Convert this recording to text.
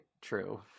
true